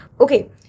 Okay